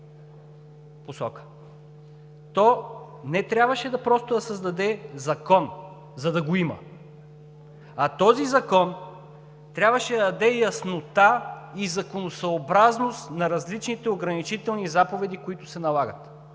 То не трябваше просто да създаде закон, за да го има, а този закон трябваше да даде яснота и законосъобразност на различните ограничителни заповеди, които се налагат.